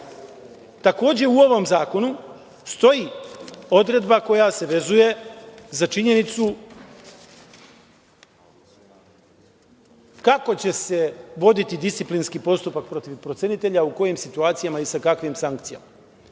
takođe u ovom zakonu stoji odredba koja se vezuje za činjenicu kako će se voditi disciplinski postupak protiv procenitelja, u kojim situacijama i sa kakvim sankcijama.